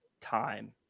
time